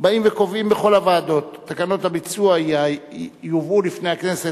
קובעים בכל הוועדות שתקנות הביצוע יובאו לפני הכנסת